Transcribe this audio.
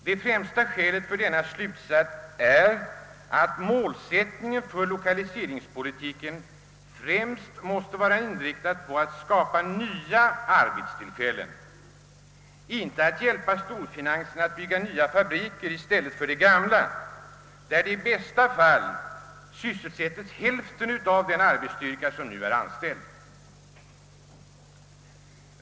Det främsta skälet för denna slutsats är att målsättningen för lokaliseringspolitiken främst måste vara inriktad på att skapa nya arbetstillfällen, inte att hjälpa storfinansen att bygga nya fabri ker i stället för de gamla, där de i bästa fall kommer att sysselsätta hälften av den arbetsstyrka som nu är anställd.